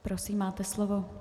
Prosím, máte slovo.